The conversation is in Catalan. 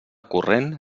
corrent